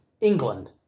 england